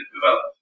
developed